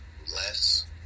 less